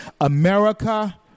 America